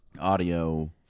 audio